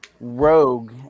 Rogue